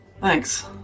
Thanks